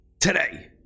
Today